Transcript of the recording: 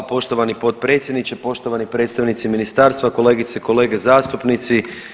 Poštovani potpredsjedniče, poštovani predstavnici ministarstva, kolegice i kolege zastupnici.